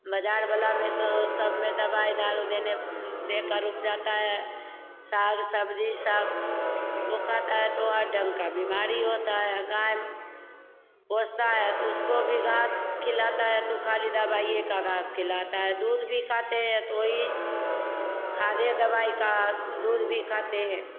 बाज़ार वाला में तो सब में दवाई दारू देने दे कर उपजाता है साग सब्ज़ी सब तो खाता है तो हर ढंग का बीमारी होता है गाय पोसता है तो उसको भी घास खिलाता है तो खाली दवाई का घास खिलाता है दूध भी खाते हैं तो ही खाद दवाई का दूध भी खाते हैं